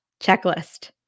checklist